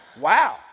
Wow